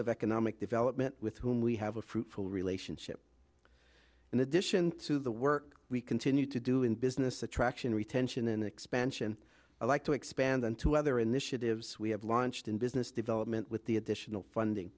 of economic development with whom we have a fruitful relationship in addition to the work we continue to do in business attraction retention and expansion alike to expand into other initiatives we have launched in business development with the additional funding